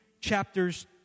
chapters